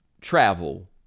travel